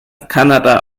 kanada